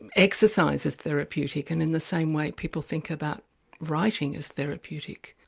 and exercise as therapeutic and in the same way people think about writing as therapeutic.